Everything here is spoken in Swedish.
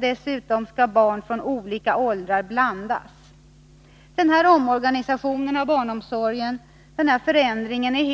Dessutom skall barn i olika åldrar blandas. Den här omorganisationen av barnomsorgen är